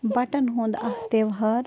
button ہُنٛد اَکھ تِہوار